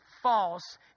false